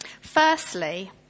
Firstly